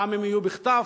פעם הם יהיו בכתב,